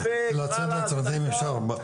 לצאת לצמתים אפשר.